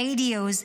radios,